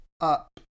up